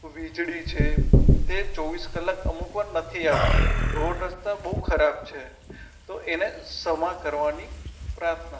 વીજળી છે તે ચોવીસ કલાક અમુક વાર નથી આવતી રોડ રસ્તા બહુ ખરાબ છે તો તેને સમા કરવાની પ્રાર્થના